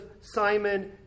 Simon